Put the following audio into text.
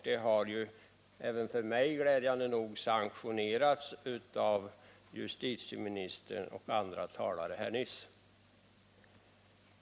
Det har glädjande nog — även för mig — sanktionerats av justitieministern och andra föregående talare.